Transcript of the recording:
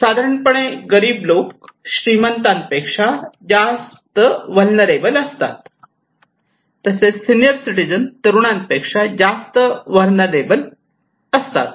साधारण पणे गरीब लोक श्रीमंत पेक्षा जास्त व्हेलनेराबल असतात तसेच सीनियर सिटीजन तरुणांपेक्षा जास्त व्हेलनेराबल असतात